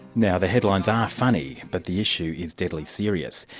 now the headlines are funny, but the issue is deadly serious.